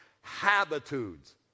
habitudes